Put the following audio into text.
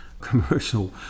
commercial